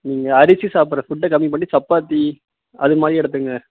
நீங்கள் அரிசி சாப்பிட்ற ஃபுட்டை கம்மி பண்ணிட்டு சப்பாத்தி அதுமாதிரி எடுத்துக்கங்க